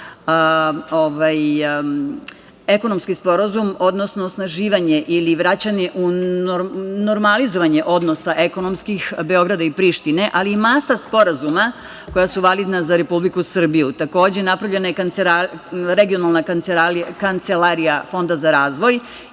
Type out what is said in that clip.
ekonomskim sporazum, odnosno osnaživanje ili normalizovanje odnosa ekonomskih Beograda i Prištine, ali i masa sporazuma koja su validna za Republiku Srbiju. Takođe, napravljena je i Regionalna kancelarija Fonda za razvoj,